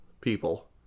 people